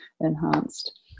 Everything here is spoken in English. enhanced